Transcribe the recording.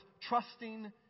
trusting